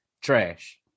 Trash